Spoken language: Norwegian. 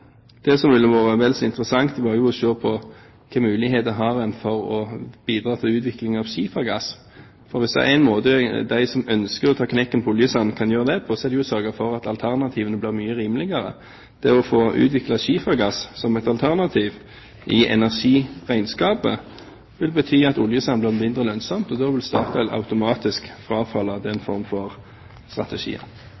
Det som ville vært vel så interessant, var å se på hvilke muligheter en har for å bidra til utvikling av skifergass. Hvis det er en måte de som ønsker å ta knekken på oljesand kan gjøre det på, er det å sørge for at alternativene blir mye rimeligere. Det å få utviklet skifergass som et alternativ i energiregnskapet ville bety at oljesand ble mindre lønnsomt, og da ville Statoil automatisk frafalle den